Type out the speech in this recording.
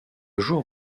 jour